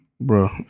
bro